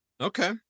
Okay